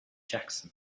jackson